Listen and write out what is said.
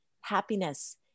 Happiness